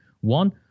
one